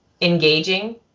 engaging